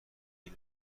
این